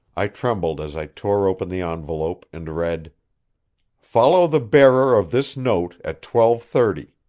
i trembled as i tore open the envelope, and read follow the bearer of this note at twelve thirty.